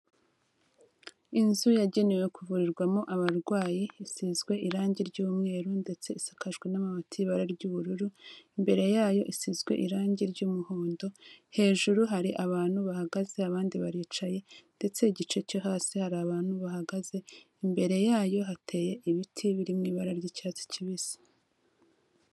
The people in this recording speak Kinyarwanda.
Inzu yagenewe kuvurirwamo abarwayi, isizwe irangi ry'umweru ndetse isakajwe n'amabati y'ibara ry'ubururu, imbere yayo isizwe irangi ry'umuhondo, hejuru hari abantu bahagaze abandi baricaye ndetse igice cyo hasi hari abantu bahagaze, imbere yayo hateye ibiti biri mu ibara ry'icyatsi kibisi.